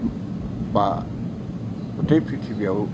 बा गथै प्रिथिबियाव